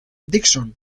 dixon